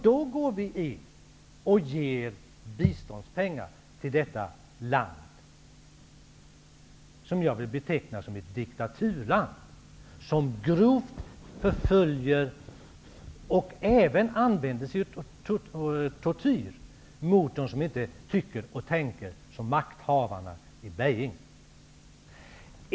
Då går vi in och ger biståndspengar till detta land som jag vill beteckna som ett diktaturland, där man grovt förföljer -- och även använder sig av tortyr -- dem som inte tycker och tänker som makthavarna i Beijing.